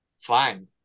fine